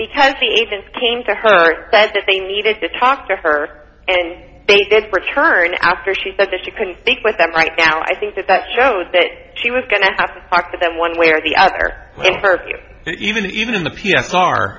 because he even came to her said that they needed to talk to her and they did return after she said that you couldn't speak with them right now i think that that shows that she was going to have to talk to them one way or the other for you even even in the